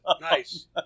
nice